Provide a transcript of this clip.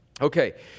Okay